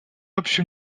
общие